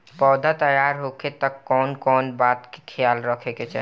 पौधा तैयार होखे तक मे कउन कउन बात के ख्याल रखे के चाही?